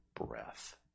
breath